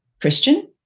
Christian